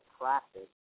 practice